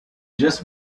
just